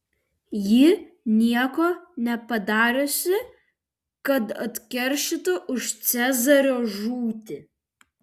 ji nieko nepadariusi kad atkeršytų už cezario žūtį